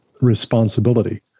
responsibility